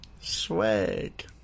Swag